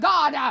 God